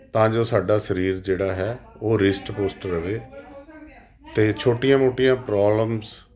ਤਾਂ ਜੋ ਸਾਡਾ ਸਰੀਰ ਜਿਹੜਾ ਹੈ ਉਹ ਰਿਸਟ ਪੁਸ਼ਟ ਰਹੇ ਅਤੇ ਛੋਟੀਆਂ ਮੋਟੀਆਂ ਪ੍ਰੋਬਲਮਸ